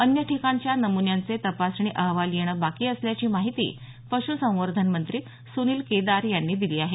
अन्य ठिकाणच्या नमुन्याचे तपासणी अहवाल येणं बाकी असल्याची माहिती पशुसंवर्धन मंत्री सनील केदार यांनी दिली आहे